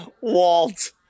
Walt